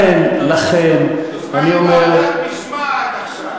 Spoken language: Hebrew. תוזמן לוועדת משמעת עכשיו.